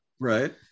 Right